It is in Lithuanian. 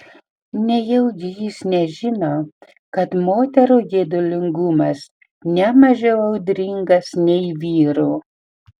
nejaugi jis nežino kad moterų geidulingumas ne mažiau audringas nei vyrų